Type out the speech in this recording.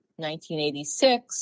1986